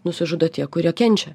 nusižudo tie kurie kenčia